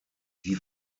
die